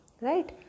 right